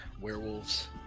werewolves